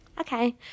Okay